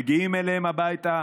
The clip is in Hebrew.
מגיעים אליהם הביתה,